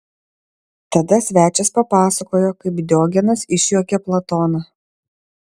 tada svečias papasakojo kaip diogenas išjuokė platoną